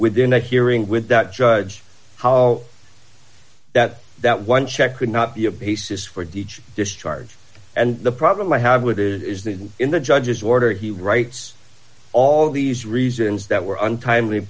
within a hearing with that judge how that that one check could not be a basis for d h discharge and the problem i have with it is that in the judge's order he writes all d these reasons that were untimely